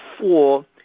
four